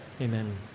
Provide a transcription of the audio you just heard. amen